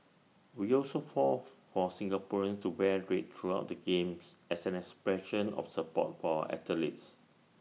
we also forth for Singaporeans to wear red throughout the games as an expression of support for athletes